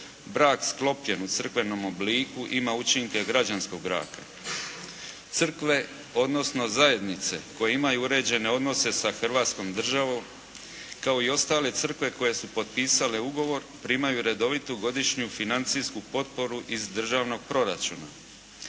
Brak sklopljen u crkvenom obliku ima učinke građanskog braka. Crkve odnosno zajednice koje imaju uređene odnose sa Hrvatskom državom kao i ostale crkve koje su potpisale ugovor primaju redovitu godišnju financijsku potporu iz državnog proračuna.